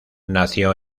nació